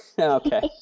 Okay